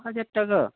দু হাজার টাকা